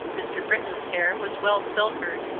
mr. britton's hair was well silvered,